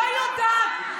לא יודעת,